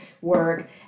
work